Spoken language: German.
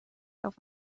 auf